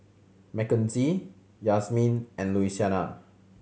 Makenzie Yazmin and Louisiana